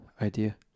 idea